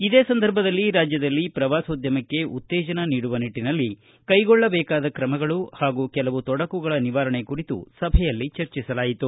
ಇದೇ ಸಂದರ್ಭದಲ್ಲಿ ರಾಜ್ಯದಲ್ಲಿ ಪ್ರವಾಸೋದ್ಯಮಕ್ಕೆ ಉತ್ತೇಜನ ನೀಡುವ ನಿಟ್ಟನಲ್ಲಿ ಕೈಗೊಳ್ಳಬೇಕಾದ ತ್ರಮಗಳು ಹಾಗೂ ಕೆಲವು ತೊಡಕುಗಳ ನಿವಾರಣೆ ಕುರಿತು ಸಭೆಯಲ್ಲಿ ಚರ್ಚಿಸಲಾಯಿತು